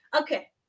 Okay